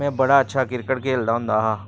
में बड़ा अच्छा क्रिकेट खेलदा होंदा हा